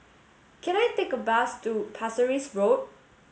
can I take a bus to Pasir Ris Road